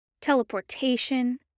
teleportation